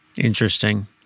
Interesting